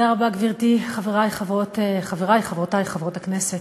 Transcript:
גברתי, תודה רבה, חברי וחברותי חברות הכנסת,